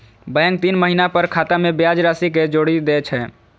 bank तीन महीना पर खाता मे ब्याज राशि कें जोड़ि दै छै